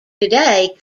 today